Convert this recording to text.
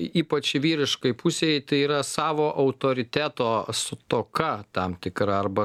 y ypač vyriškai pusei tai yra savo autoriteto stoka tam tikra arba